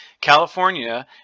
California